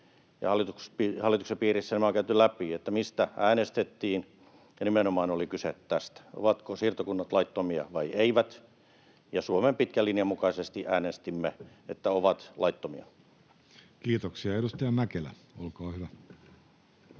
hallituksen piirissä nämä on käyty läpi, että mistä äänestettiin. Nimenomaan oli kyse tästä, ovatko siirtokunnat laittomia vai eivät, ja Suomen pitkän linjan mukaisesti äänestimme, että ovat laittomia. [Speech 46] Speaker: Jussi